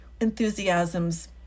enthusiasm's